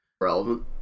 relevant